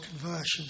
conversions